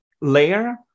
layer